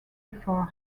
before